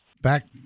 Back